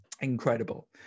incredible